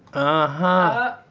aha!